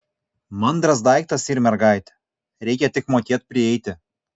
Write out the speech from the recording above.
mandras daiktas yr mergaitė reikia tik mokėt prieiti